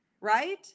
right